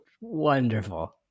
Wonderful